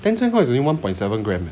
ten cent coin is only one point seven gram